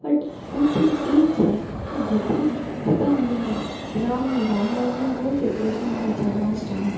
but good thing એ છે કે બધા ભેગા મળીને રામની રામ નવમી હોયકે ક્રિશ્નની જન્માષ્ટમી